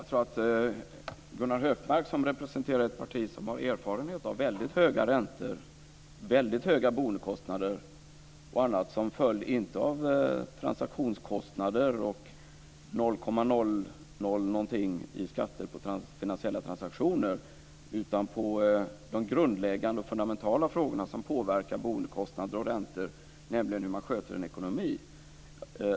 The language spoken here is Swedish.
Fru talman! Gunnar Hökmark representerar ett parti som har erfarenhet av väldigt höga räntor, väldigt höga boendekostnader och annat som följd inte av transaktionskostnader och skatter på något mer än 0,00 % på finansiella transaktioner utan av de grundläggande och fundamentala frågor som påverkar boendekostnader och räntor, nämligen hur man sköter en ekonomi.